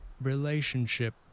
relationship